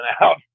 out